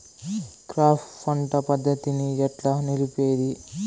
Crop పంట పద్ధతిని ఎట్లా నిలిపేది?